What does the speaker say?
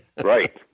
Right